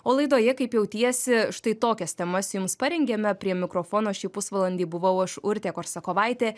o laidoje kaip jautiesi štai tokias temas jums parengėme prie mikrofono šį pusvalandį buvau aš urtė korsakovaitė